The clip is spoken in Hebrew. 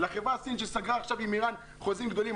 לחברה סינית שסגרה עכשיו עם איראן חוזים גדולים.